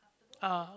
ah